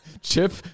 Chip